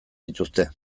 dituzte